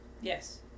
Yes